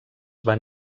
van